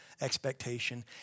expectation